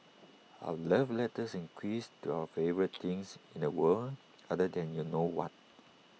our love letters and quiz to our favourite thing in the world other than you know what